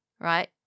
right